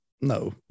No